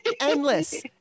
endless